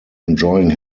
enjoying